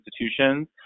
institutions